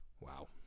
Wow